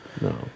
No